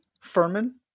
Furman